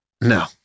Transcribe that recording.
No